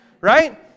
right